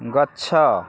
ଗଛ